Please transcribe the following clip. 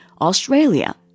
Australia